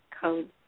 code